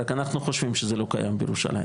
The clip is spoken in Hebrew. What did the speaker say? זה רק אנחנו חושבים שזה לא קיים בירושלים.